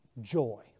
joy